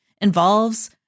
involves